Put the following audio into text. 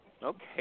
Okay